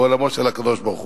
בעולמו של הקדוש-ברוך-הוא.